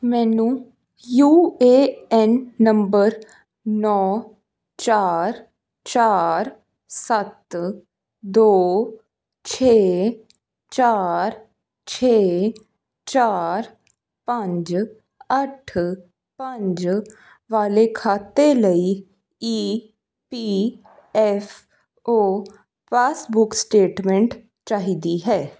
ਮੈਨੂੰ U A N number ਨੌਂ ਚਾਰ ਚਾਰ ਸੱਤ ਦੋ ਛੇ ਚਾਰ ਛੇ ਚਾਰ ਪੰਜ ਅੱਠ ਪੰਜ ਵਾਲੇ ਖਾਤੇ ਲਈ E P F O passbook statement ਚਾਹੀਦੀ ਹੈ